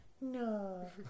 No